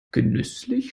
genüsslich